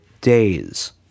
days